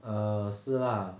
err 是 lah